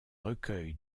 recueil